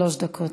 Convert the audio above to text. שלוש דקות.